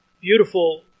beautiful